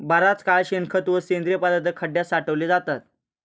बराच काळ शेणखत व सेंद्रिय पदार्थ खड्यात साठवले जातात